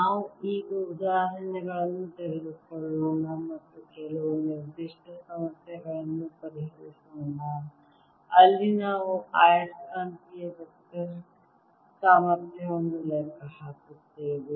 ನಾವು ಈಗ ಉದಾಹರಣೆಗಳನ್ನು ತೆಗೆದುಕೊಳ್ಳೋಣ ಮತ್ತು ಕೆಲವು ನಿರ್ದಿಷ್ಟ ಸಮಸ್ಯೆಗಳನ್ನು ಪರಿಹರಿಸೋಣ ಅಲ್ಲಿ ನಾವು ಆಯಸ್ಕಾಂತೀಯ ವೆಕ್ಟರ್ ಸಾಮರ್ಥ್ಯವನ್ನು ಲೆಕ್ಕ ಹಾಕುತ್ತೇವೆ